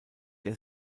der